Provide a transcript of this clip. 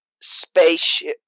spaceship